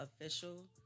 official